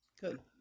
Good